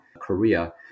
Korea